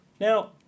Now